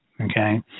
Okay